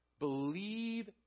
Believe